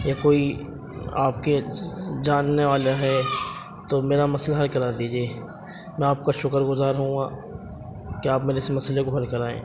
یا کوئی آپ کے جاننے والا ہے تو میرا مسئلہ حل کرا دیجیے میں آپ کا شکر گزار ہوں گا کہ آپ میرے اس مسئلے کو حل کرائیں